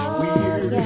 weird